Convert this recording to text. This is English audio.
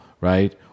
right